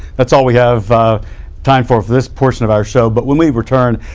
that's all we have time for for this portion of our show. but when we return,